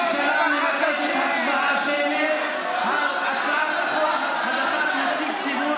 הממשלה מבקשת הצבעה שמית על הצעת חוק הדחת נציג ציבור